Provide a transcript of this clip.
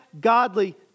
godly